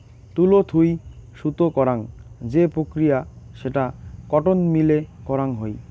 তুলো থুই সুতো করাং যে প্রক্রিয়া সেটা কটন মিল এ করাং হই